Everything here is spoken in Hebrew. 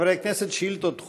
חברי הכנסת, שאילתות דחופות.